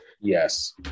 Yes